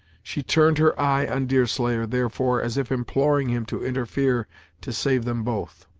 she turned her eye on deerslayer, therefore, as if imploring him to interfere to save them both.